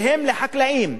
שהן לחקלאים,